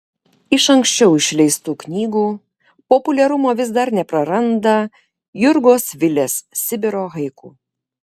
iš anksčiau išleistų knygų populiarumo vis dar nepraranda jurgos vilės sibiro haiku